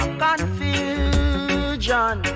confusion